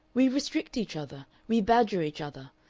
we restrict each other, we badger each other,